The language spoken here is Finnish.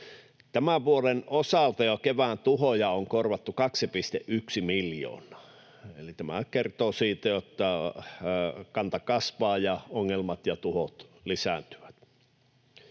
Tämän vuoden osalta jo kevään tuhoja on korvattu 2,1 miljoonaa. Eli tämähän kertoo siitä, että kanta kasvaa ja ongelmat ja tuhot lisääntyvät.